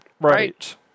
right